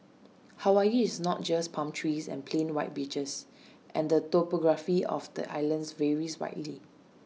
Hawaii is not just palm trees and plain white beaches and the topography of the islands varies widely